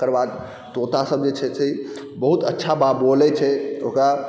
तकर बाद तोतासब जे छै बहुत अच्छा बोलै छै